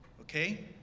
Okay